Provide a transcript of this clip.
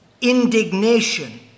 indignation